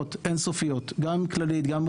התכתבויות אין סופיות גם עם כללית,